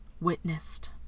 witnessed